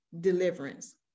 deliverance